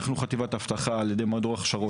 אנחנו חטיבת אבטחה על ידי מדור הכשרות.